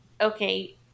okay